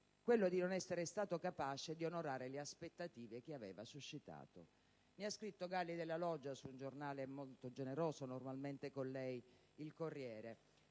quello di non essere stato capace di onorare le aspettative che aveva suscitato. Ne ha scritto Galli della Loggia su un giornale normalmente molto generoso con lei, il "Corriere